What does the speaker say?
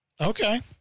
Okay